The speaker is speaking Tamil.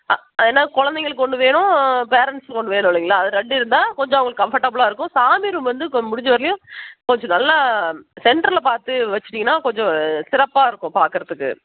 ஏன்னால் குழந்தைங்களுக்கு ஒன்று வேணும் பேரெண்ட்ஸுக்கு ஒன்று வேணும் இல்லீங்களா அது ரெண்டு இருந்தால் கொஞ்சம் அவங்களுக்கு கம்ஃபர்டபிலாக இருக்கும் சாமி ரூம் வந்து கொஞ்ச முடிஞ்ச வரையிலையும் கொஞ்சோம் நல்லா சென்டரில் பார்த்து வச்சுட்டீங்கன்னா கொஞ்சோம் சிறப்பாக இருக்கும் பார்க்கறதுக்கு